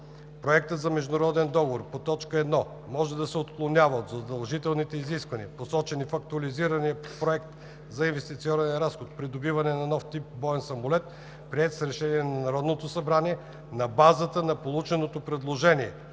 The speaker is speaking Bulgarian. Проектът на международен договор по т. 1 може да се отклонява от задължителните изисквания, посочени в Актуализирания проект за инвестиционен разход „Придобиване на нов тип боен самолет“, приет с Решение на Народното събрание (ДВ, бр. 51 от 2018 г.), на база на полученото предложение